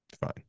fine